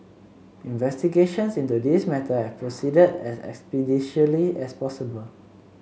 investigations into this matter have proceeded as expeditiously as possible